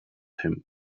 him